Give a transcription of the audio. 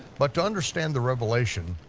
but to understand the revelation,